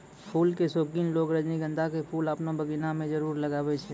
फूल के शौकिन लोगॅ रजनीगंधा के फूल आपनो बगिया मॅ जरूर लगाय छै